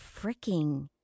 freaking